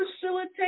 facilitate